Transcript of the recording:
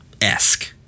esque